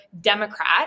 democrat